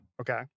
Okay